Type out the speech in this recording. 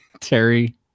Terry